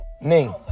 Ning